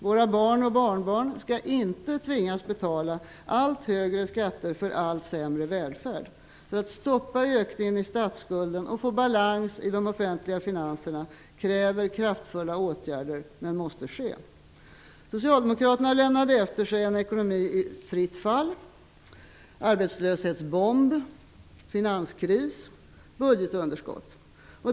Våra barn och barnbarn skall inte tvingas betala allt högre skatter för en allt sämre välfärd. Att stoppa ökningen av statsskulden och skapa balans i de offentliga finanserna kräver kraftfulla åtgärder -- som måste vidtas. Socialdemokraterna lämnade efter sig en ekonomi i fritt fall. Det var en arbetslöshetsbomb, en finanskris och ett budgetunderskott.